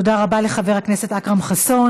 תודה רבה לחבר הכנסת אכרם חסון.